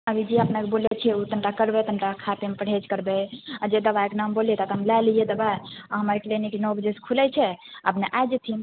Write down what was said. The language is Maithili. अभी जे अपनेके बोलै छियै ओ कनि टा करबै कनि टा खाय पियैमे परहेज करबै आ जे दबाइके नाम बोललियै तऽ अपने लऽ लिए दबाइ आ हमर क्लिनिक नओ बजे से खुलै छै अपने आबि जेथिन